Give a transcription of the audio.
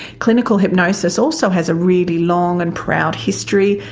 clinical hypnosis also has a really long and proud history,